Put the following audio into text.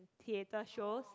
theatre shows